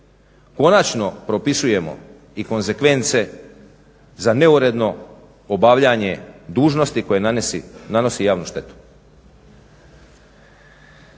Konačno propisujemo i konzekvence za neuredno obavljanje dužnosti koje nanosi javnu štetu.